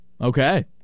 Okay